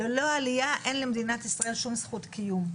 ללא העליה אין למדינת ישראל שום זכות קיום.